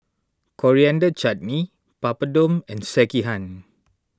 Coriander Chutney Papadum and Sekihan